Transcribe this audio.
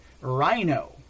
Rhino